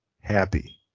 Happy